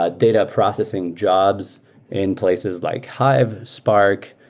ah data processing jobs in places like hive, spark,